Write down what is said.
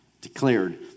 declared